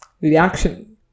reaction